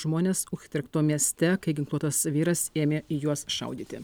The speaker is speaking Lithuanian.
žmones uchtrekto mieste kai ginkluotas vyras ėmė į juos šaudyti